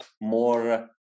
more